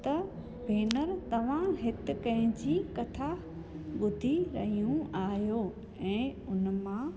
त भेनर तव्हां हिते कंहिंजी कथा ॿुधी रहियूं आहियो ऐं हुन मां